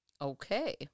Okay